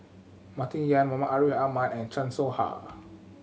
Martin Yan Muhammad Ariff Ahmad and Chan Soh Ha